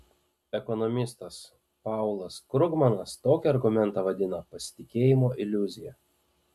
ekonomistas paulas krugmanas tokį argumentą vadina pasitikėjimo iliuzija